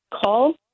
call